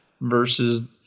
versus